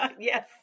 Yes